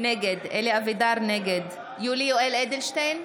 נגד יולי יואל אדלשטיין,